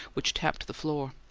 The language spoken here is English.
which tapped the floor.